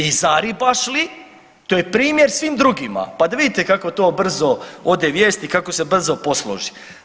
I zaribaš li, to je primjer svim drugima pa da vidite kako to brzo ode vijesti i kako se brzo posloži.